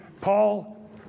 Paul